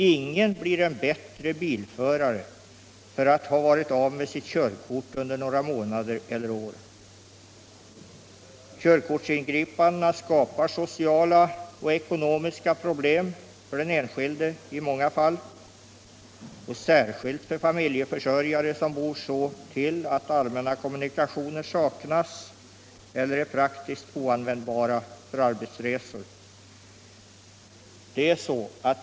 Ingen blir bättre bilförare efter att ha varit av med sitt körkort under några månader eller år. Körkortsingripanden skapar i många fall sociala och ekonomiska problem för den enskilde, särskilt för familjeförsörjare som bor så till att allmänna kommunikationer saknas eller är praktiskt oanvändbara för arbetsresor.